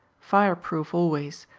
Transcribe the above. fireproof always,